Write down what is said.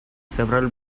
several